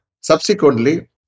subsequently